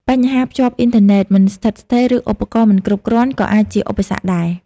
បញ្ហាភ្ជាប់អ៊ីនធឺណិតមិនស្ថិតស្ថេរ ឬឧបករណ៍មិនគ្រប់គ្រាន់ ក៏អាចជាឧបសគ្គដែរ។